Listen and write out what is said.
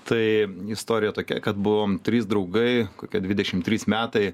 tai istorija tokia kad buvom trys draugai kokie dvidešimt trys metai